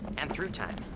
and through time.